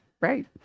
Right